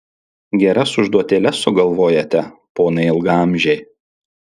geras užduotėles sugalvojate ponai ilgaamžiai